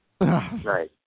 Right